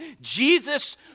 Jesus